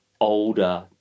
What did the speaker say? older